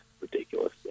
ridiculous